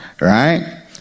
right